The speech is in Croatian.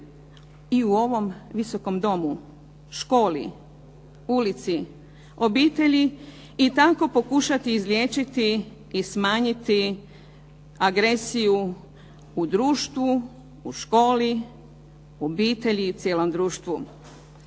i u ovom Visokom domu, školi, ulici, obitelji i tako pokušati izliječiti i smanjiti agresiju u društvu, u školi, u obitelji i cijelom društvu.